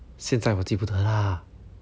现在我记不得啦